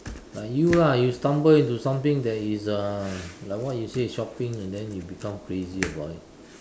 like you lah you stumble into something that is uh like what you say shopping and then you become crazy about it